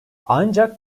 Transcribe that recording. ancak